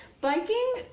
biking